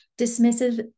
Dismissive